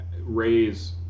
raise